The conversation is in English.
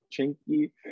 chinky